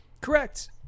Correct